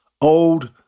old